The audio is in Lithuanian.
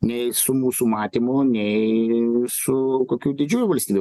nei su mūsų matymu nei su kokiu didžiųjų valstybių